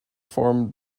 formed